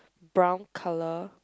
brown colour